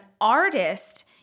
artist